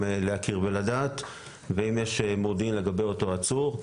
להכיר ולדעת ואם יש מודיעין לגבי אותו עצור,